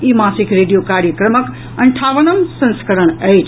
ई मासिक रेडियो कार्यक्रमक अंठावनम् संस्करण अछि